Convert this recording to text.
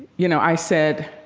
you know, i said,